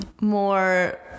more